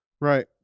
Right